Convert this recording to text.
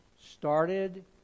started